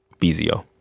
be easy, ah